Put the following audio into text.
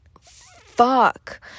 fuck